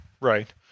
right